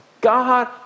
God